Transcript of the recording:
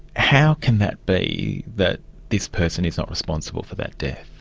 how can that be that this person is not responsible for that death?